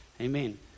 Amen